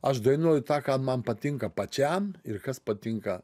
aš dainuoju tą ką man patinka pačiam ir kas patinka